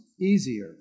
easier